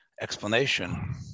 explanation